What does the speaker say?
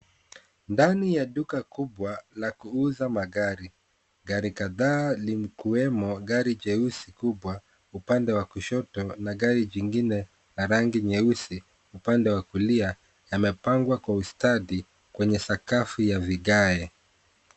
Ndani ya duka kubwa la kuuza magari. Gari kadhaa likiwemo gari jeusi kubwa upande wa kushoto na gari jingine la rangi nyeusi upande wa kulia yamepangwa kwa ustadi kwenye sakafu ya vigae.